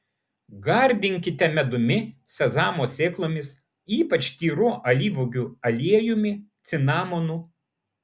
gardinkite medumi sezamo sėklomis ypač tyru alyvuogių aliejumi cinamonu